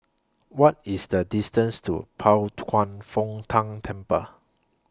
What IS The distance to Pao Kwan Foh Tang Temple